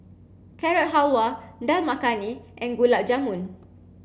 Carrot Halwa Dal Makhani and Gulab Jamun